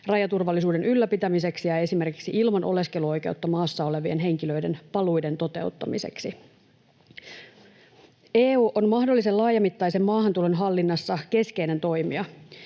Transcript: rajaturvallisuuden ylläpitämiseksi ja esimerkiksi ilman oleskeluoikeutta maassa olevien henkilöiden paluiden toteuttamiseksi. EU on mahdollisen laajamittaisen maahantulon hallinnassa keskeinen toimija.